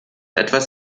etwas